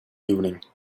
evening